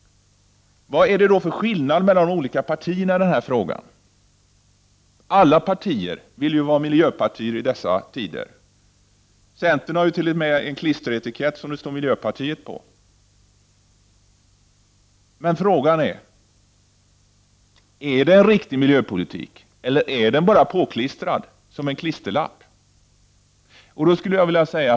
Vad är det för skillnad mellan de olika partierna i denna fråga? Alla partier vill ju vara miljöpartier i dessa tider. Centern har t.o.m. en klisteretikett som det står miljöpartiet på. Men är det en riktig miljöpolitik, eller är den bara påklistrad som en klisterlapp?